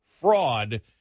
fraud